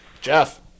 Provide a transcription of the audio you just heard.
Jeff